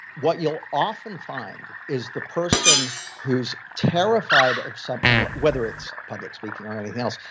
what you'll often find is the person who's terrified of something, whether it's public speaking or anything else,